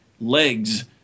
legs